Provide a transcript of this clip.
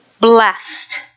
blessed